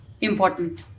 Important